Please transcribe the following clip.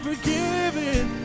forgiven